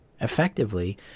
effectively